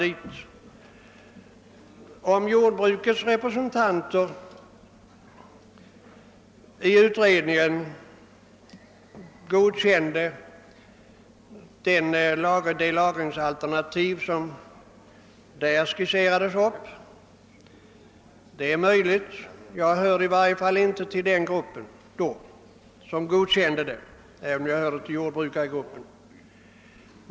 Det är möjligt att jordbrukets representanter i utredningen godkände det lagringsalternativ som där skisserades upp; jag hörde i varje fall inte till den grupp som godkände det, även om jag var medlem av utredningen.